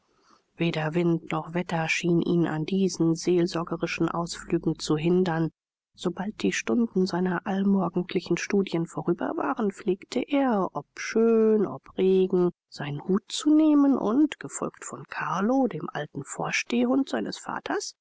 weder wind noch wetter schien ihn an diesen seelsorgerischen ausflügen zu hindern sobald die stunden seiner allmorgendlichen studien vorüber waren pflegte er ob schön ob regen seinen hut zu nehmen und gefolgt von carlo dem alten vorstehhund seines vaters